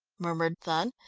murmured thun,